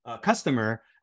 customer